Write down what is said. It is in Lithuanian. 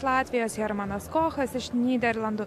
latvijos hermanas kochas iš nyderlandų